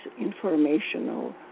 Informational